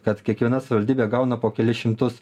kad kiekviena savivaldybė gauna po kelis šimtus